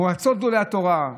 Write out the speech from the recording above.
מועצות גדולי התורה,